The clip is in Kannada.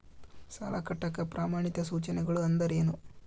ಸಾಲ ಕಟ್ಟಾಕ ಪ್ರಮಾಣಿತ ಸೂಚನೆಗಳು ಅಂದರೇನು?